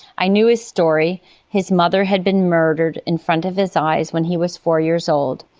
i knew his story his mother had been murdered in front of his eyes when he was four years old,